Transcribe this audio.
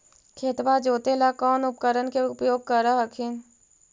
खेतबा जोते ला कौन उपकरण के उपयोग कर हखिन?